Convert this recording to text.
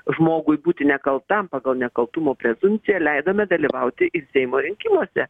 žmogui būti nekaltam pagal nekaltumo prezumpciją leidome dalyvauti ir seimo rinkimuose